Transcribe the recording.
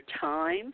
time